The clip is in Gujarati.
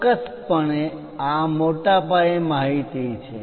ચોક્કસપણે આ મોટા પાયે માહિતી છે